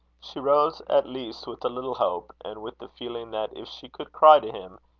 she rose at least with a little hope, and with the feeling that if she could cry to him,